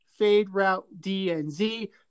FadeRouteDNZ